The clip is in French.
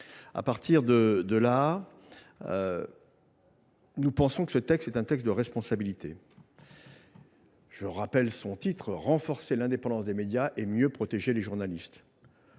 ! Cela étant, nous pensons que ce texte est un texte de responsabilité. Je rappelle son intitulé, à savoir « renforcer l’indépendance des médias et […] mieux protéger les journalistes ».